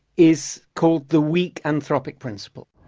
is called the weak anthropic principle.